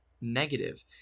negative